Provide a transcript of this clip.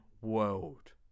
world